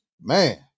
Man